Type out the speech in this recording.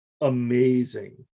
amazing